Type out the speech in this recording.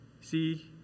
See